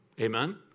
Amen